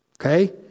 Okay